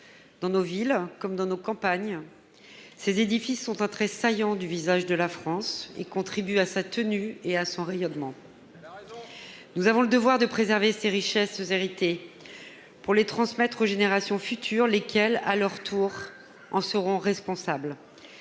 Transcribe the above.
Dans nos villes comme dans nos campagnes, ces édifices sont un trait saillant du visage de la France, et ils contribuent à sa tenue et à son rayonnement. Nous avons le devoir de préserver ces richesses héritées, pour les transmettre aux générations futures, lesquelles, à leur tour, en seront responsables.